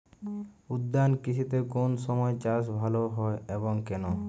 উদ্যান কৃষিতে কোন সময় চাষ ভালো হয় এবং কেনো?